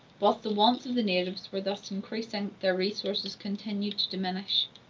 whilst the wants of the natives were thus increasing, their resources continued to diminish.